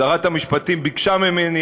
שרת המשפטים ביקשה ממני,